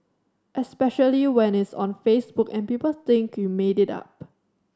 especially when it's on Facebook and people think you made it up